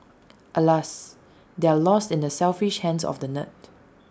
alas they're lost in the selfish hands of the nerd